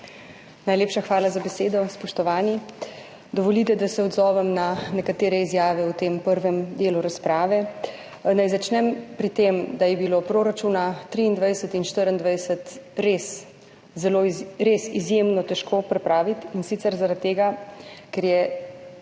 Najlepša hvala za besedo. Spoštovani! Dovolite, da se odzovem na nekatere izjave v tem prvem delu razprave. Naj začnem pri tem, da je bilo proračuna 2023 in 2024 res izjemno težko pripraviti, in sicer zaradi tega, ker je